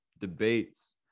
debates